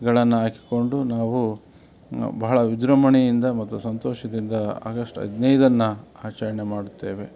ಗಳನ್ನು ಹಾಕಿಕೊಂಡು ನಾವು ಬಹಳ ವಿಜೃಂಭಣೆಯಿಂದ ಮತ್ತು ಸಂತೋಷದಿಂದ ಆಗಶ್ಟ್ ಹದಿನೈದನ್ನು ಆಚರಣೆ ಮಾಡುತ್ತೇವೆ